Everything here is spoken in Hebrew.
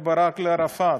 בין אהוד ברק לערפאת,